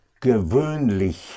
gewöhnlich